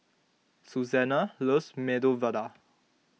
Susannah loves Medu Vada